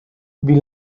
wie